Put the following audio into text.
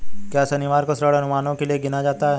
क्या शनिवार को ऋण अनुमानों के लिए गिना जाता है?